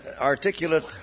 articulate